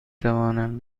توانم